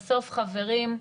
בסוף, חברים,